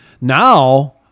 now